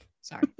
Sorry